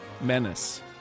menace